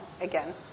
again